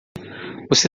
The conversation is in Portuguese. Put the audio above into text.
você